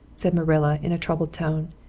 said marilla in a troubled tone.